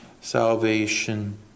salvation